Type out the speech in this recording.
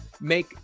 make